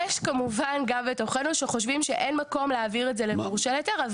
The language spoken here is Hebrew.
יש כמובן גם בתוכנו שחושבים שאין מקום להעביר את זה למורשה להיתר,